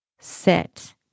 sit